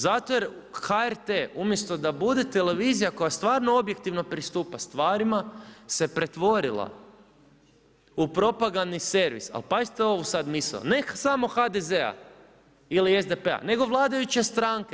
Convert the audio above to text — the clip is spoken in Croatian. Zato jer HRT umjesto da bude televizija, koja stvarno objektivno pristupa stvarima, se pretvorila u propagandni servis, ali pazite ovu sad misao, ne samo HDZ-a ili SDP-a, nego vladajuće stranke.